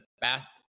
best